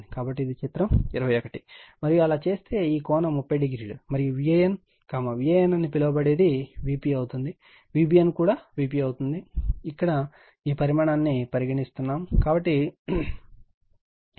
కాబట్టి ఇది చిత్రం 21 మరియు అలా చేస్తే ఈ కోణం 30o మరియు Van Van అని పిలవబడేది Vp అవుతుంది V bn కూడా Vp అవుతుంది ఇక్కడ ఈ పరిమాణాన్ని పరిగణిస్తున్నాం